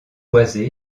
boisée